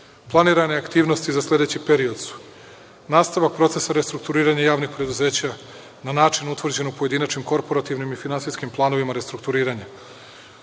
aktivnosti za sledeći period su: nastavak procesa restrukturiranja javnih preduzeća na način utvrđen u pojedinačnim korporativnim i finansijskim planovima restrukturiranja,